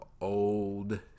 old